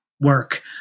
work